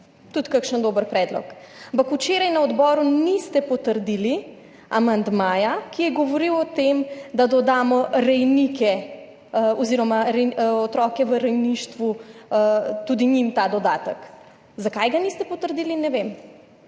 tudi kakšen dober predlog. Ampak včeraj na odboru niste potrdili amandmaja, ki je govoril o tem, da dodamo rejnike oziroma otroke v rejništvu tudi njim, ta dodatek. Zakaj ga niste potrdili, ne vem.